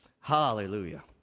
Hallelujah